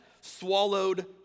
swallowed